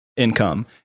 income